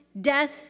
death